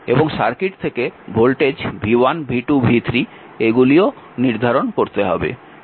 এবং সার্কিট থেকে voltage v1 v2 v3 এগুলিও নির্ধারণ করতে হবে